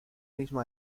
mismo